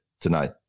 tonight